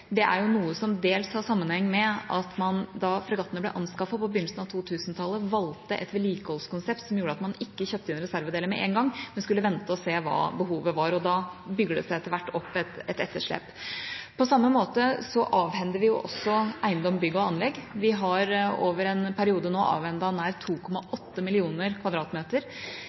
Det er noe som dels har sammenheng med at man da fregattene ble anskaffet på begynnelsen av 2000-tallet, valgte et vedlikeholdskonsept som gjorde at man ikke kjøpte inn reservedeler med en gang, men skulle vente og se hva behovet var. Da bygger det seg etter hvert opp et etterslep. På samme måte avhender vi også eiendom, bygg og anlegg. Vi har over en periode nå avhendet nær